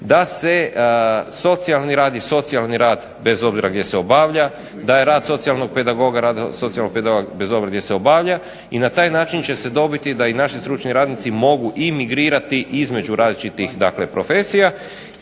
da se socijalni rad i socijalni rad bez obzira gdje se obavlja, da je rad socijalnog pedagoga rad socijalnog pedagoga bez obzira gdje se obavlja i na taj način će se dobiti da i naši stručni radnici mogu imigrirati između različitih profesija.